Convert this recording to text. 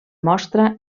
mostra